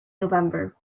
november